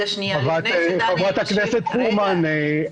חברת הכנסת פרומן,